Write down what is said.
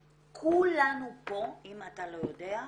כולנו פה, אם אתה לא יודע,